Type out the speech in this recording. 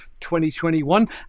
2021